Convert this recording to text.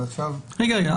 רגע.